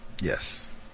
Yes